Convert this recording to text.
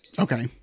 Okay